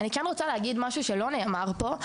אני כן רוצה להגיד משהו שלא נאמר פה,